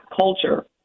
culture